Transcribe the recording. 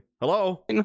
Hello